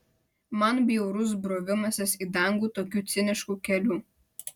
man bjaurus brovimasis į dangų tokiu cinišku keliu